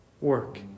work